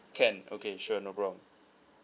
can okay sure no problem